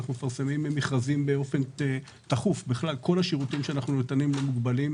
התוכנית כוללת סיוע לפנימיות.